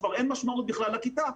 כבר אין משמעות בכלל לכיתה.